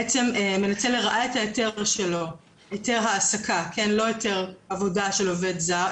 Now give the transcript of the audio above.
מנצל לרעה את היתר ההעסקה שלו,